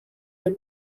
your